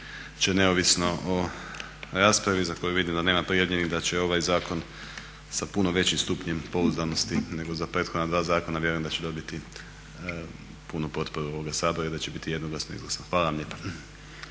da će neovisno o raspravi za koju vidim da nema prijavljenih i da će ovaj zakon sa puno većim stupnjem pouzdanosti nego za prethodna dva zakona vjerujem da će dobiti punu potporu ovoga Sabora i da će biti jednoglasno izglasan. Hvala vam lijepa.